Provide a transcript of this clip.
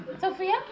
Sophia